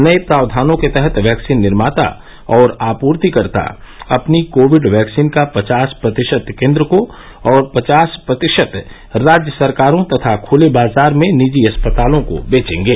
नए प्रावधानों के तहत वैक्सीन निर्माता और आर्पतिकर्ता अपनी कोविड वैक्सीन का पचास प्रतिशत केन्द्र को और पचास प्रतिशत राज्य सरकारों तथा खुले बाजार में निजी अस्पतालों को बेचेंगे